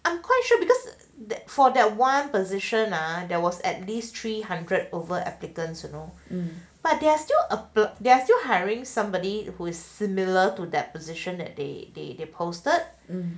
I'm quite sure because that for that one position are there was at least three hundred over applicants you know but there are still hiring there are still hiring somebody who is similar to that position that they they they posted